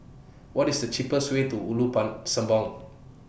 What IS The cheapest Way to Ulu Pang Sembawang